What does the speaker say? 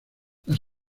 las